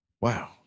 Wow